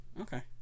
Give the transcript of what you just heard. okay